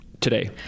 today